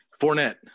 Fournette